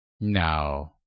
No